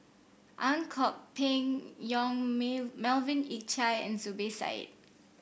Ang Kok Peng Yong Melvin Yik Chye and Zubir Said